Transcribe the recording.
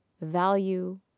value